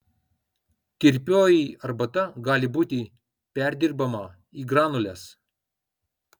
tirpioji arbata gali būti perdirbama į granules